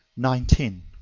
nineteen.